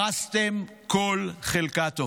הרסתם כל חלקה טובה: